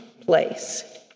place